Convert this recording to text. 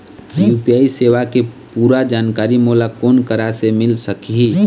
UPI सेवा के पूरा जानकारी मोला कोन करा से मिल सकही?